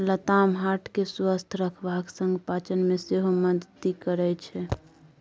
लताम हार्ट केँ स्वस्थ रखबाक संग पाचन मे सेहो मदति करय छै